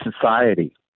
society